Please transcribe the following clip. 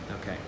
Okay